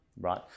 right